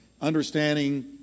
understanding